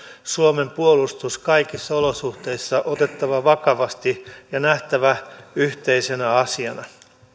suomen puolustus kaikissa olosuhteissa otettava vakavasti ja nähtävä yhteisenä asiana